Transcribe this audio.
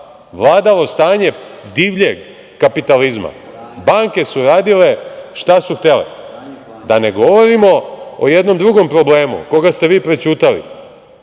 vladalo stanje divljeg kapitalizma. Banke su radile šta su htele. Da ne govorimo o jednom drugom problemu koga ste vi prećutali,